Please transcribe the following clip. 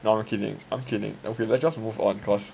no I'm kidding I'm kidding okay let's just move on cause